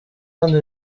hano